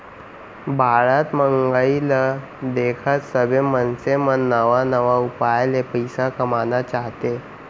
बाढ़त महंगाई ल देखत सबे मनसे मन नवा नवा उपाय ले पइसा कमाना चाहथे